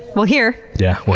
we'll hear! yeah. we'll